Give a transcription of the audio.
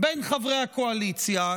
בין חברי הקואליציה.